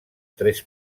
tres